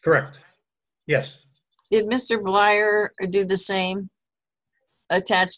correct yes it mr liar did the same attach